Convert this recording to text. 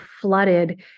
flooded